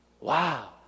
Wow